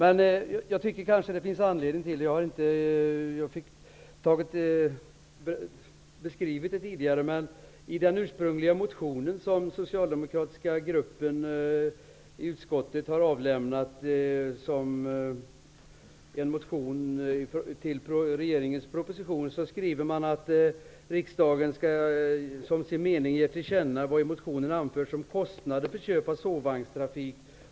I den ursprungliga motionen till regeringens proposition som den socialdemokratiska gruppen i utskottet har avlämnat skriver man att riksdagen som sin mening skall ge till känna vad i motionen anförts om kostnader för köp av sovvagnstrafik.